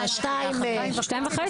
מחמש וחצי